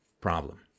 problem